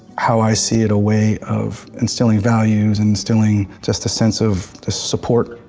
how i see it, a way of instilling values, and instilling, just, a sense of support.